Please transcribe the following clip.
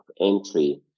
entry